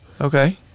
Okay